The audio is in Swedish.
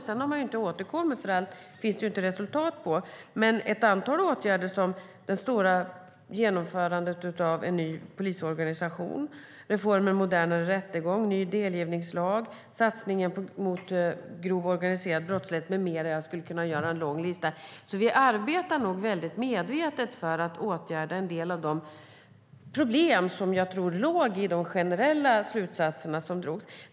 Sedan har man ju inte återkommit, för allt finns det inte resultat på. Vi har dock vidtagit ett antal åtgärder, som det stora genomförandet av en ny polisorganisation, reformen En modernare rättegång, en ny delgivningslag, satsningen mot grov organiserad brottslighet med mera - jag skulle kunna göra en lång lista. Vi arbetar nog alltså väldigt medvetet för att åtgärda en del av de problem jag tror låg i de generella slutsatser som drogs.